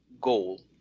goal